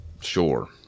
sure